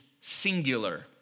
singular